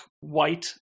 white